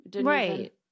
Right